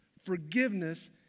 Forgiveness